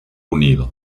unido